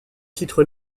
titre